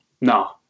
No